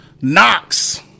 Knox